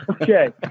Okay